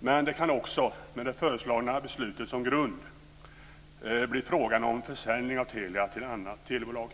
Men det kan också, med det föreslagna beslutet som grund, bli frågan om försäljning av Telia till annat bolag.